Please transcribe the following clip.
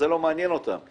זה לא מעניין אותם,